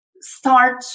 start